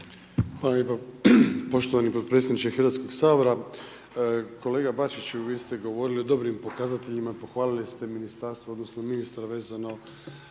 Hvala lijepa potpredsjedniče Hrvatskog sabora. Kolega bačiću, vi ste govorili o dobrim pokazateljima, pohvalili ste ministarstvo odnosno ministra vezano